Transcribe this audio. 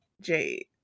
Jade